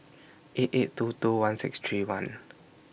eight eight two two one six three one